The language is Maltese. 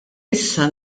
issa